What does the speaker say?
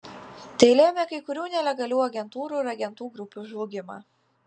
tai lėmė kai kurių nelegalių agentūrų ir agentų grupių žlugimą